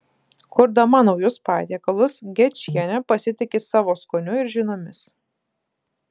kurdama naujus patiekalus gečienė pasitiki savo skoniu ir žiniomis